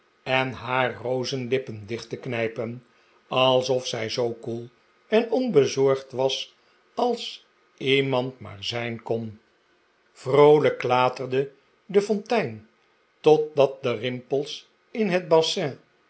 en haar rozenlippen dicht te knijpen alsof zij zoo koel en onbezorgd was als iemand maar zijn kon vroolijk klaterde de fontein totdat de rimpels in het bassin